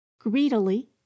greedily